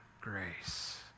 grace